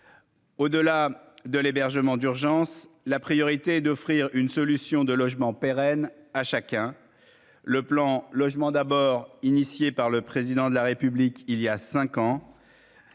Au-delà de l'hébergement d'urgence, la priorité est d'offrir une solution de logement pérenne à chacun le plan logement d'abord initié par le président de la République, il y a 5 ans.